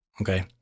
Okay